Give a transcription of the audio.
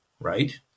Right